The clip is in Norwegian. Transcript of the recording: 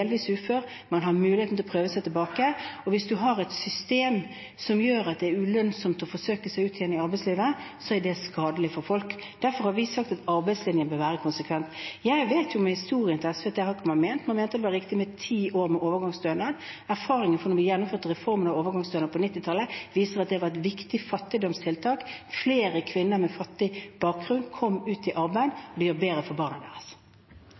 har et system som gjør at det er ulønnsomt å forsøke seg igjen i arbeidslivet, er det skadelig for folk. Derfor har vi sagt at arbeidslinjen bør være konsekvent. Jeg vet fra SVs historie at det har man ikke ment. Man mente det var riktig med ti år med overgangsstønad. Erfaringen etter at vi gjennomførte reformen for overgangsstønaden på 1990-tallet, viste at det var et viktig fattigdomstiltak. Flere kvinner med fattig bakgrunn kom ut i arbeid, og det ble bedre for barna deres.